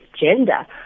gender